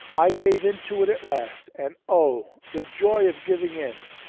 i gave in to it at last, and oh! the joy of giving in!